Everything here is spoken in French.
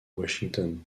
washington